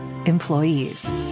employees